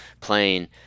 playing